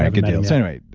ah good deal. so, anyway,